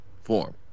form